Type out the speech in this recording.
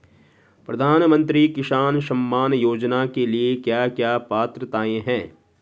प्रधानमंत्री किसान सम्मान योजना के लिए क्या क्या पात्रताऐं हैं?